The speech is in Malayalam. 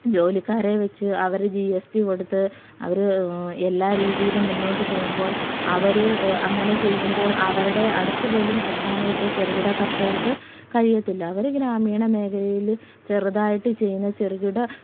ജോലിക്കാരെ വെച്ച് അവർ ജി എസ് റ്റി കൊടുത്ത് അവർ എല്ലാ രീതിയിലും മുന്നോട്ട് പോകുമ്പോൾ അവർ അങ്ങനെ ചെയ്യുമ്പോൾ അവരുടെ അടുത്ത് പോലും എത്താനായിട്ട് ചെറുകിട കർഷകർക്ക് കഴിയത്തില്ല അവർ ഗ്രാമീണ മേഖലയിൽ ചെറുതായിട്ട് ചെയ്യുന്ന ചെറുകിട